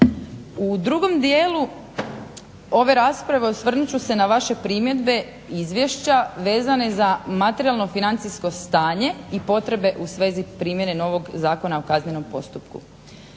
U drugom dijelu ove rasprave osvrnut ću se na vaše primjedbe, izvješća vezano na materijalno financijsko stanje i potrebe u svezi primjene novog Zakona o kaznenom postupku.